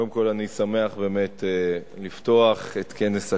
קודם כול אני שמח, באמת, לפתוח את כנס הקיץ.